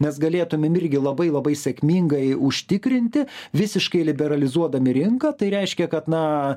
mes galėtumėm irgi labai labai sėkmingai užtikrinti visiškai liberalizuodami rinką tai reiškia kad na